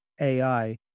AI